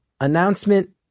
announcement